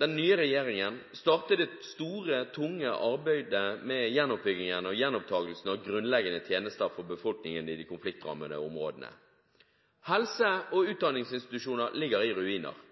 den nye regjeringen starte det store, tunge arbeidet med gjenoppbyggingen og gjenopptagelsen av grunnleggende tjenester for befolkningen i de konfliktrammede områdene. Helse- og utdanningsinstitusjoner ligger i ruiner,